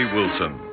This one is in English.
Wilson